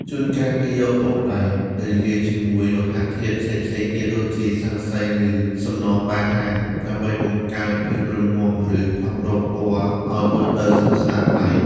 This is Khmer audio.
ជួនកាល គេយកទង់ដែងទៅលាយជាមួយលោហៈធាតុផ្សេងៗទៀត ដូចជា ស័ង្កសី ឬសំណប៉ាហាំង ដើម្បីបង្កើនភាពរឹងមាំ ឬផ្លាស់ប្តូរពណ៌ឲ្យមើលទៅស្រស់ស្អាតប្លែក។